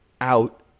out